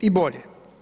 I bolje.